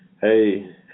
Hey